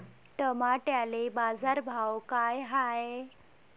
टमाट्याले बाजारभाव काय हाय?